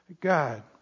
God